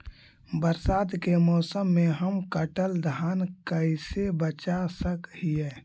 बरसात के मौसम में हम कटल धान कैसे बचा सक हिय?